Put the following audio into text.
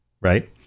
Right